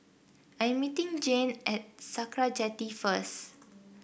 I am meeting Jeane at Sakra Jetty first